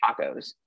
tacos